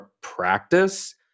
practice